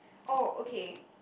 oh okay